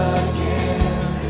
again